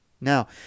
Now